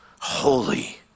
holy